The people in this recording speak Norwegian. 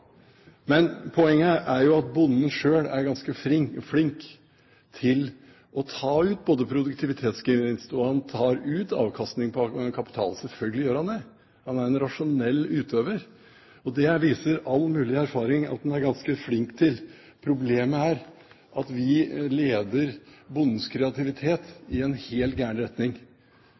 Men poenget er jo at bonden selv er ganske flink til å ta ut både produktivitetsgevinst og avkastning på kapital – selvfølgelig er han det, han er en rasjonell utøver. Det viser all mulig erfaring at han er ganske flink til. Problemet er at vi leder bondens kreativitet i en helt gal retning.